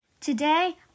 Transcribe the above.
Today